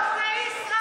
הוא לא עושה ישראבלוף.